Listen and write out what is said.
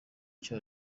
icyo